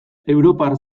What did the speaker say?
europar